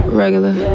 regular